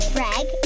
Greg